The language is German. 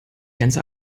ganze